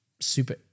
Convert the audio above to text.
super